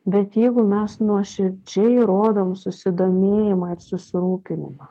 bet jeigu mes nuoširdžiai rodom susidomėjimą ir susirūpinimą